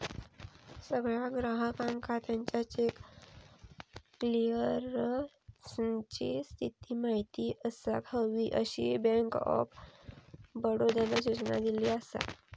सगळ्या ग्राहकांका त्याच्या चेक क्लीअरन्सची स्थिती माहिती असाक हवी, अशी बँक ऑफ बडोदानं सूचना दिली असा